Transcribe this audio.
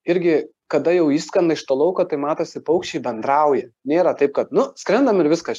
irgi kada jau išskrenda iš to lauko tai matosi paukščiai bendrauja nėra taip kad nu skrendam ir viskas